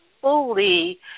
fully